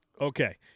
Okay